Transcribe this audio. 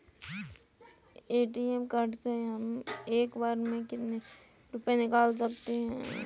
ATM card से हम एक बार में कितने रुपये निकाल सकते हैं?